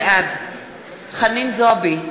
בעד חנין זועבי,